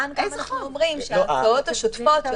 כאן אנחנו אומרים שההוצאות השוטפות של